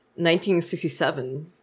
1967